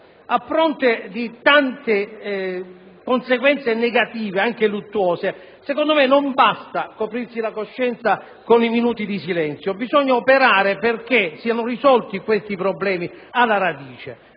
A fronte di tante conseguenze negative, anche luttuose, secondo me non basta coprirsi la coscienza con i minuti di silenzio, bisogna operare perché siano risolti questi problemi alla radice.